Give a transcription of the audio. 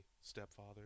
stepfather